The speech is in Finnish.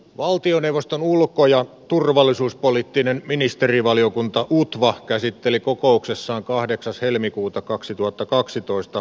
valtioneuvoston ulko ja turvallisuuspoliittinen ministerivaliokunta puuttuva käsitteli kokouksessaan kahdeksas helmikuuta kaksituhattakaksitoista